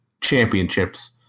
championships